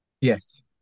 Yes